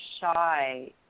shy